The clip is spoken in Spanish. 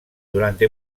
durante